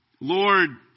Lord